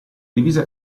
divisa